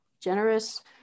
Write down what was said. Generous